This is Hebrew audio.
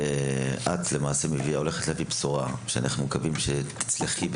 את הולכת להביא בשורה ואנחנו מקווים שתצליחי.